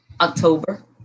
October